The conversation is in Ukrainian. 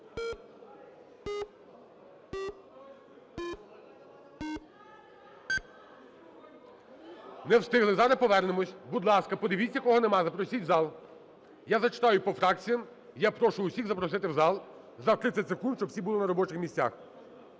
Не встигли. Зараз повернемось. Будь ласка, подивіться, кого нема, запросіть в зал. Я зачитаю по фракціям. Я прошу всіх запросити в зал. За 30 секунд щоб всі були на робочих місцях.